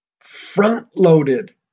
front-loaded